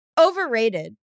Overrated